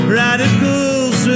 radicals